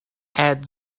add